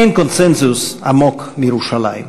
אין קונסנזוס עמוק מירושלים.